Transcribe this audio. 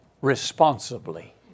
responsibly